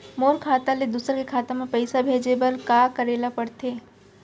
मोर खाता ले दूसर के खाता म पइसा भेजे बर का करेल पढ़थे?